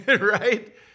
right